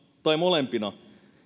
tai molempina